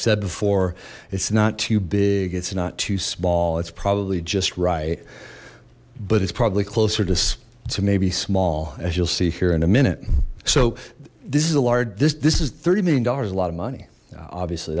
said before it's not too big it's not too small it's probably just right but it's probably closer to two maybe small as you'll see here in a minute so this is a large this this is thirty million dollars a lot of money obviously